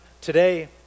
today